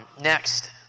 Next